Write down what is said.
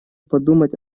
подумать